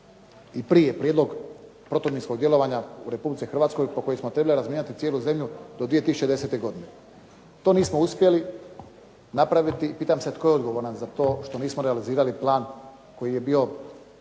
i prije prijedlog protuminskog djelovanja u Republici Hrvatskoj po kojem smo trebali razminirati cijelu zemlju do 2010. godine. To nismo uspjeli napraviti. Pitam se, tko je odgovoran za to što nismo realizirali plan koji je bio